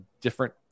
different